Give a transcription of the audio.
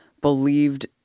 believed